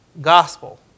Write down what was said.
gospel